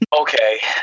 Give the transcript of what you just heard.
Okay